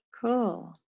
Cool